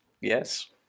Yes